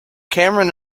cameron